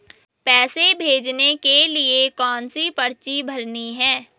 पैसे भेजने के लिए कौनसी पर्ची भरनी है?